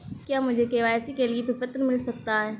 क्या मुझे के.वाई.सी के लिए प्रपत्र मिल सकता है?